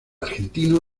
argentino